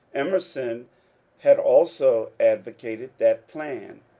emer son had also advocated that plan.